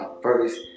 first